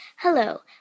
Hello